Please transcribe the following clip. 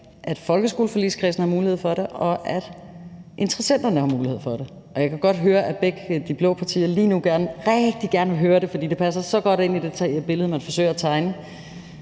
har folkeskoleforligskredsen mulighed for det, og interessenterne har mulighed for det. Jeg kan godt høre, at de blå partier, fordi det passer så godt ind i det billede, man forsøger at tegne,